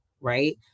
right